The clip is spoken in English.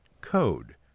code